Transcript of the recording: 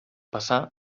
passà